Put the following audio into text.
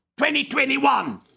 2021